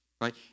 right